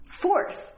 Fourth